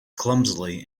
clumsily